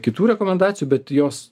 kitų rekomendacijų bet jos